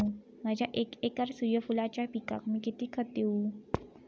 माझ्या एक एकर सूर्यफुलाच्या पिकाक मी किती खत देवू?